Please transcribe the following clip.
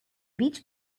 beach